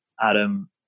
Adam